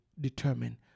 determine